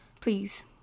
Please